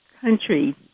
country